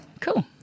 Cool